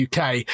UK